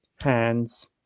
hands